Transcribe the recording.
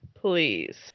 please